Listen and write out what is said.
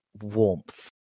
warmth